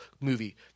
movie